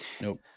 Nope